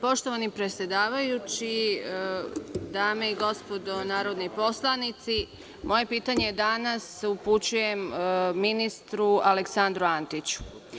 Poštovani predsedavajući, dame i gospodo narodni poslanici, moje pitanje danas upućujem ministru Aleksandru Antiću.